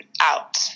out